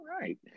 right